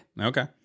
Okay